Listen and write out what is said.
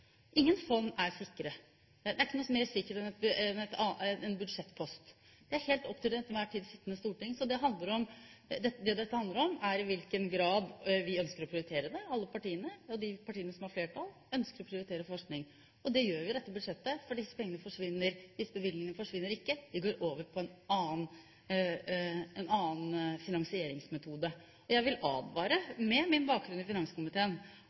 Ingen fond er sikre. De er ikke mer sikre enn en budsjettpost. Det er opp til det til enhver tid sittende storting. Det dette handler om, er i hvilken grad vi ønsker å prioritere det. Alle partiene som har flertall, ønsker å prioritere forskning. Og det gjør vi i dette budsjettet, for disse bevilgningene forsvinner ikke, de går over på en annen finansieringsmetode. Jeg vil, med min bakgrunn i finanskomiteen,